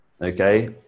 okay